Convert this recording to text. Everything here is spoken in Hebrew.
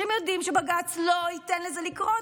כשהם יודעים שבג"ץ לא ייתן לזה לקרות,